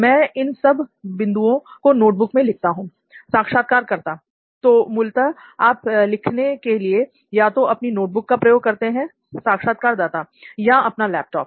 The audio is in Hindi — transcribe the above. मैं इन सब बंधुओं को नोटबुक में लिखता हूंl साक्षात्कारकर्ता तो मूलतः आप लिखने के लिए या तो अपनी नोटबुक का प्रयोग करते हैं साक्षात्कारदाता या अपना लैपटॉप